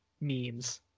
memes